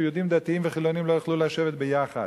שיהודים דתיים וחילונים לא יוכלו לשבת ביחד.